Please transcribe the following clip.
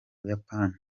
buyapani